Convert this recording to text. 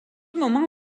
moment